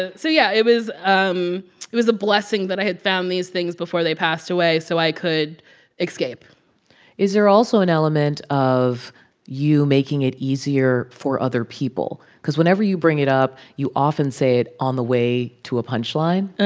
so yeah, it was um it was a blessing that i had found these things before they passed away so i could escape is there also an element of you making it easier for other people? cause whenever you bring it up, you often say it on the way to a punchline. ah